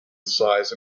size